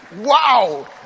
wow